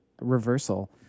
reversal